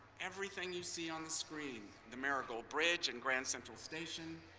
everything you see on the screen, the marigold bridge and grand central station,